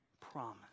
promise